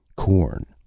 corn,